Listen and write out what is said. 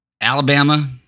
Alabama